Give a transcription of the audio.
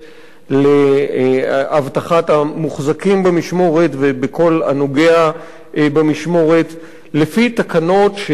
לאבטחת המוחזקים במשמורת ובכל הנוגע במשמורת לפי תקנות שיקבע